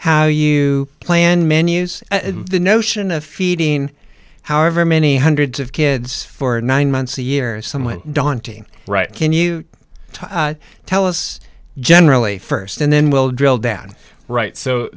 how you plan menus the notion of feeding however many hundreds of kids for nine months a year is somewhat daunting right can you tell us generally st and then we'll drill down right so